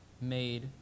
made